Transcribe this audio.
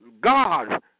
God